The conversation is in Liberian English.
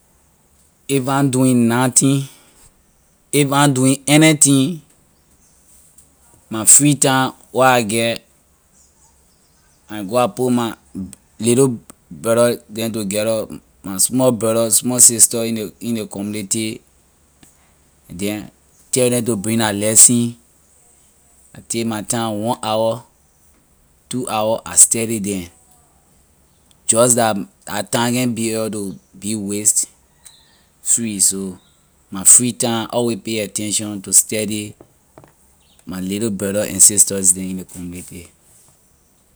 If i’m doing nothing if I na doing anything my free time where I get I can go I put my little brother them together my small brother small sister in ley community then tell them to bring their lesson I take my time one hour two hour I study them just that la time can be able to be waste free so my free time I always pay attention to study my little brother and sister them in ley community.